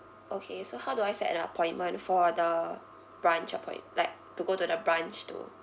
okay so how do I set an appointment for the branch appoint~ like to go to the branch to